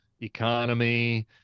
economy